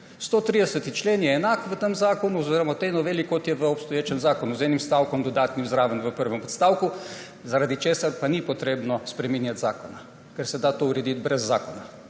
130. člen je enak v tem zakonu oziroma v tej noveli, kot je v obstoječem zakonu, z enim dodatnim stavkom v prvem odstavku, zaradi česar pa ni treba spreminjati zakona, ker se da to urediti brez zakona,